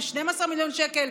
ב-12 מיליון שקל,